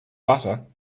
butter